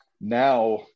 Now